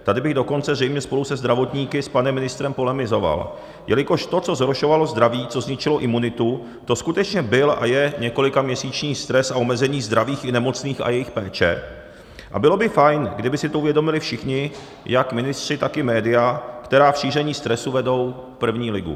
Tady bych dokonce zřejmě spolu se zdravotníky s panem ministrem polemizoval, jelikož to, co zhoršovalo zdraví, co zničilo imunitu, to skutečně byl a je několikaměsíční stres a omezení zdravých i nemocných a jejich péče a bylo by fajn, kdyby si to uvědomili všichni, jak ministři, tak i média, která v šíření stresu vedou první ligu.